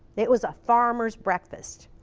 it was a farmer's breakfast.